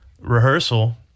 rehearsal